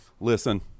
Listen